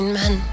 men